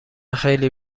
خیلی